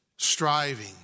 striving